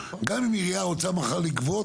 גם אם עירייה רוצה מחר לגבות,